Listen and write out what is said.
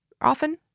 often